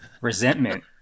Resentment